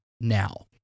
now